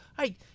Hey